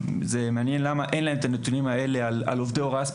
ומעניין למה אין להם את הנתונים הספציפיים על עובדי ההוראה.